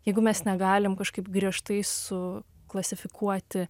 jeigu mes negalime kažkaip griežtai su klasifikuoti